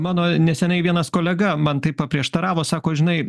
mano neseniai vienas kolega man taip paprieštaravo sako žinai